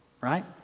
Right